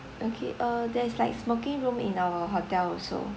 okay uh there is like smoking room in our hotel also